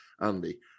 Andy